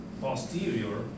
posterior